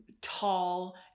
tall